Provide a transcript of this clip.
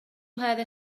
هذا